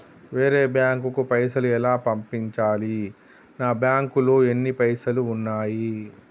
వేరే బ్యాంకుకు పైసలు ఎలా పంపించాలి? నా బ్యాంకులో ఎన్ని పైసలు ఉన్నాయి?